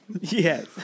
Yes